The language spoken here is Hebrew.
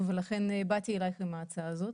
ולכן באתי אלייך עם ההצעה הזו.